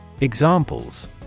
Examples